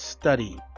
Study